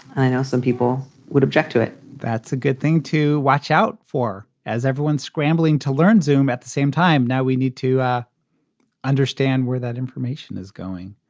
i know some people would object to it that's a good thing to watch out for as everyone scrambling to learn zoom at the same time. now we need to ah understand where that information is going.